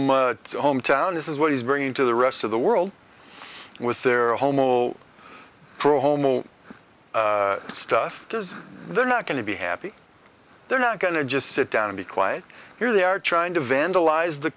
own hometown this is what he's bringing to the rest of the world with their homo pro homo stuff because they're not going to be happy they're not going to just sit down and be quiet here they are trying to vandalise the